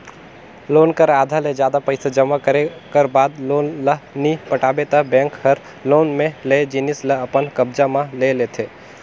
loan कर आधा ले जादा पइसा जमा करे कर बाद लोन ल नी पटाबे ता बेंक हर लोन में लेय जिनिस ल अपन कब्जा म ले लेथे